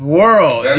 world